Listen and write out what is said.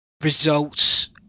results